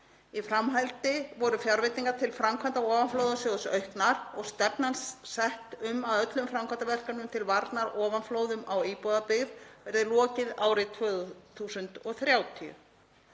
Í framhaldi voru fjárveitingar til framkvæmda ofanflóðasjóðs auknar og stefnan sett á að öllum framkvæmdaverkefnum til varnar ofanflóðum á íbúðabyggð verði lokið árið 2030.